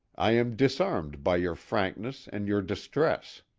i am disarmed by your frankness and your distress.